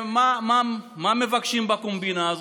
מה מבקשים בקומבינה הזאת?